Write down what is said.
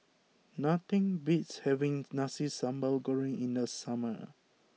nothing beats having Nasi Sambal Goreng in the summer